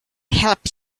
help